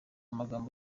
amagambo